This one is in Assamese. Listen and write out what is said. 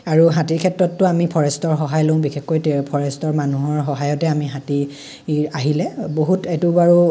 আৰু হাতীৰ ক্ষেত্ৰতটো আমি ফৰেষ্টৰ সহায় লওঁ বিশেষকৈ তেওঁ ফৰেষ্টৰ মানুহৰ সহায়তে আমি হাতী আহিলে বহুত এইটো বাৰু